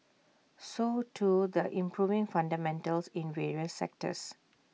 so too the improving fundamentals in various sectors